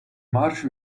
marsh